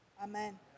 Amen